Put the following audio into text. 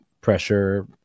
pressure